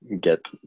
get